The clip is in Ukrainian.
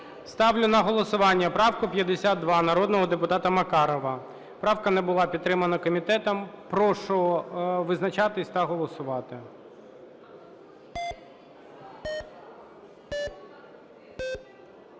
Ставлю на голосування правку 52 народного депутата Макарова. Правка не була підтримана комітетом. Прошу визначатись та голосувати.